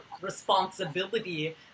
responsibility